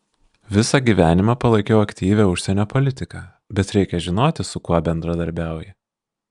visą gyvenimą palaikiau aktyvią užsienio politiką bet reikia žinoti su kuo bendradarbiauji